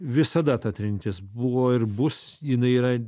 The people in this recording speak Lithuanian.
visada ta trintis buvo ir bus jinai yra